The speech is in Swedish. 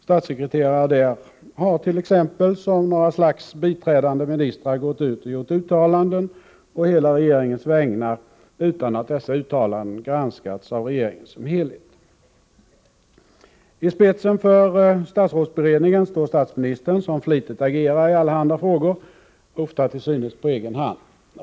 Statssekreterare där har t.ex. som några slags biträdande ministrar gått ut och gjort uttalanden å hela regeringens vägnar utan att dessa uttalanden granskats av regeringen som helhet. I spetsen för statsrådsberedningen står statsministern, som flitigt agerar i allehanda frågor, ofta till synes på egen hand.